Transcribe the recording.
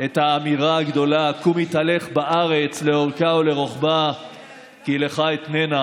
את האמירה הגדולה: קום התהלך בארץ לאורכה ולרוחבה כי לך אתננה,